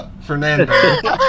Fernando